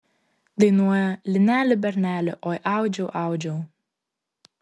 dainuoja lineli berneli oi audžiau audžiau